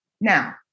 Now